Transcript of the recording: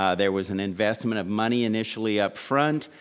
um there was an investment of money initially upfront.